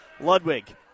Ludwig